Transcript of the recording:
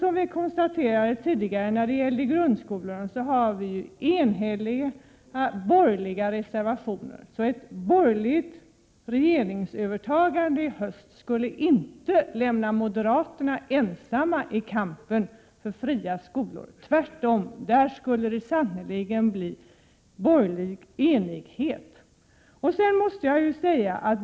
Som vi tidigare konstaterade när det gällde grundskolorna, så har vi enhälliga borgerliga reservationer fogade till betänkandet. Ett borgerligt regeringsövertagande i höst skulle inte lämna moderaterna ensamma i kampen för fria skolor. Det skulle tvärtom sannerligen bli borgerlig enighet.